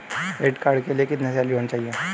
Credit card के लिए कितनी सैलरी होनी चाहिए?